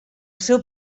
seu